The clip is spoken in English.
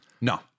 No